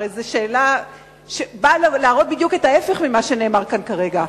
הרי זו שאלה שבאה להראות בדיוק את ההיפך ממה שנאמר כאן כרגע.